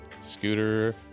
Scooter